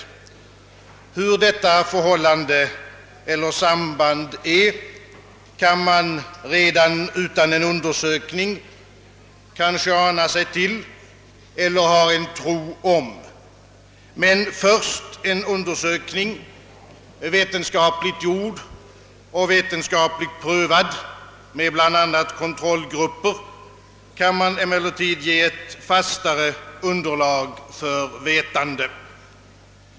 Hurdant detta förhållande eller samband är, kan man redan utan någon undersökning kanske ana sig till eller ha en tro om. Men först med en undersökning, vetenskapligt gjord och vetenskapligt prövad med bl.a. kontrollgrupper, kan man ge ett fastare underlag för vetande.